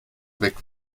weg